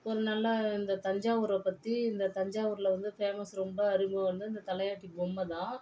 ஒரு நல்லா இந்த தஞ்சாவூரை பற்றி இந்த தஞ்சாவூரில் வந்து ஃபேமஸ் ரொம்ப அறிமுகம் வந்து இந்த தலையாட்டி பொம்மைதான்